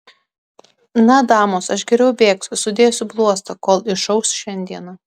na damos aš geriau bėgsiu sudėsiu bluostą kol išauš šiandiena